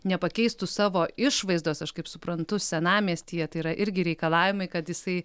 nepakeistų savo išvaizdos aš kaip suprantu senamiestyje tai yra irgi reikalavimai kad jisai